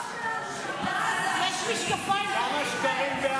כמה שקרים, יש משקפיים, מציאות מדומה.